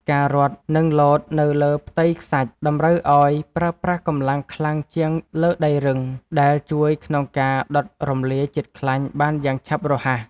ការរត់ និងលោតនៅលើផ្ទៃខ្សាច់តម្រូវឱ្យប្រើប្រាស់កម្លាំងខ្លាំងជាងលើដីរឹង ដែលជួយក្នុងការដុតរំលាយជាតិខ្លាញ់បានយ៉ាងឆាប់រហ័ស។